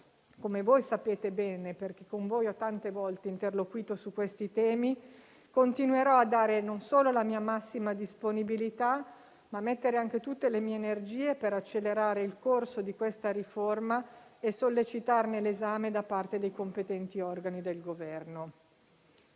voi lo sapete bene, perché con voi ho tante volte interloquito su questi temi - non solo a dare la mia massima disponibilità, ma anche a spendere tutte le mie energie per accelerare il corso di questa riforma e sollecitarne l'esame da parte dei competenti organi del Governo.